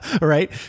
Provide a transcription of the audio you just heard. Right